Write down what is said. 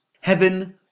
heaven